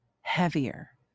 heavier